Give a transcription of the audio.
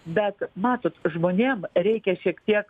bet matot žmonėm reikia šiek tiek